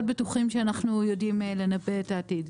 בטוחים שאנחנו יודעים לנבא את העתיד.